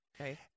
Okay